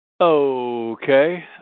Okay